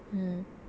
mm